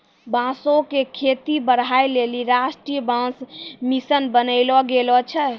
बांसो क खेती बढ़ाय लेलि राष्ट्रीय बांस मिशन बनैलो गेलो छै